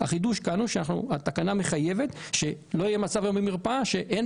החידוש כאן הוא שהתקנה מחייבת שלא יהיה מצב במרפאה שאין